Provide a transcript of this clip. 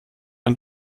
ein